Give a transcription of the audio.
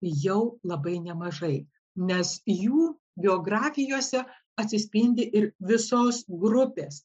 jau labai nemažai nes jų biografijose atsispindi ir visos grupės